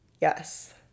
yes